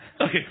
Okay